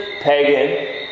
Pagan